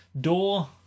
door